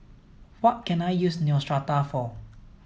what can I use Neostrata for